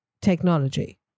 technology